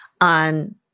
on